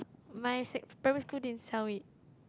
my sec primary school didn't sell it